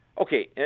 Okay